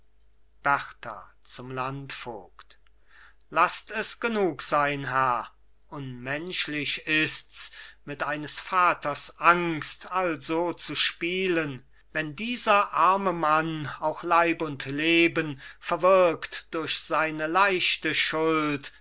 lasst es genug sein herr unmenschlich ist's mit eines vaters angst also zu spielen wenn dieser arme mann auch leib und leben verwirkt durch seine leichte schuld